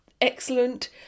excellent